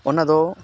ᱚᱱᱟ ᱫᱚ